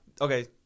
Okay